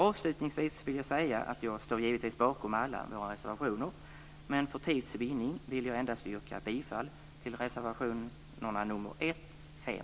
Avslutningsvis vill jag säga att jag givetvis står bakom alla våra reservationer, men för tids vinning vill jag endast yrka bifall till reservationerna nr 1, 5